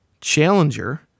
Challenger